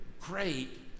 great